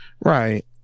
Right